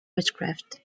witchcraft